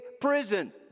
prison